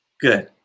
Good